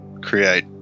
create